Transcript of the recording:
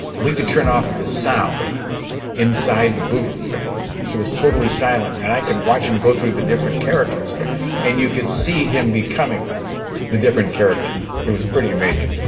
we could turn off the sound inside the booth so it was totally silent. and i could watch him go through the different characters and you could see him becoming the different characters. it was pretty amazing.